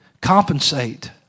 Compensate